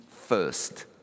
first